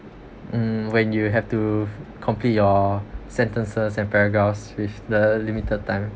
mm when you have to complete your sentences and paragraphs with the limited time